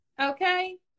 Okay